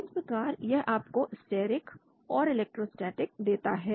इस प्रकार यह आपको स्टेरिक और इलेक्ट्रोस्टेटिक देता है